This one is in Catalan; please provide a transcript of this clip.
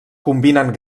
combinen